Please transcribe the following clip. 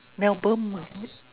Melbourne is it